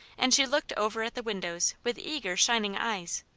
and she looked over at the windows with eager shining eyes.